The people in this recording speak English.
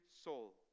soul